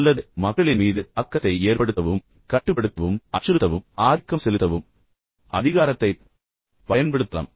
அல்லது நீங்கள் மக்களின் மீது தாக்கத்தை ஏற்படுத்தவும் கட்டுப்படுத்தவும் அச்சுறுத்தவும் ஆதிக்கம் செலுத்தவும் அதிகாரத்தைப் பயன்படுத்தலாம்